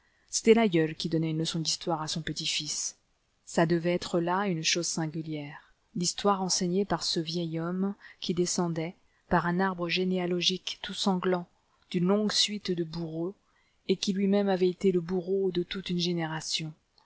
l'aïeul qui donnait une leçon d'histoire à son petit-fils ce devait être là une chose singulière l'histoire enseignée par ce vieil homme qui descendait par un arbre généalogique tout sanglant d'une longue suite de bourreaux et qui lui-même avait été le bourreau de toute une génération